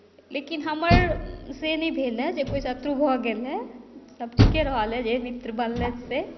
लेकिन हमर से नहि भेल हेँ जे कोइ शत्रु भऽ गेल हेँ सभ ठीके रहलए जे मित्र बनलथि से